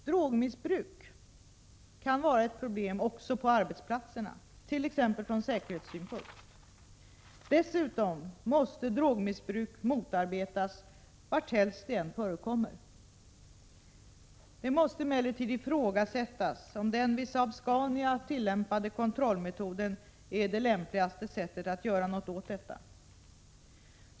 Drogmissbruk kan vara ett problem också på arbetsplatserna, t.ex. från säkerhetssynpunkt. Dessutom måste drogmissbruk motarbetas varhelst det än förekommer. Det måste emellertid ifrågasättas om den vid Saab-Scania tillämpade kontrollmetoden är det lämpligaste sättet att göra något åt detta.